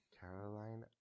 Caroline